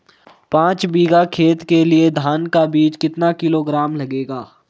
पाँच बीघा खेत के लिये धान का बीज कितना किलोग्राम लगेगा?